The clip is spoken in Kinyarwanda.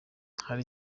hari